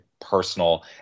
personal